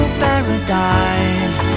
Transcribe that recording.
paradise